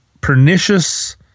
pernicious